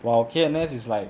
while K_M's is like